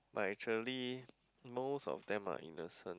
but actually most of them are innocent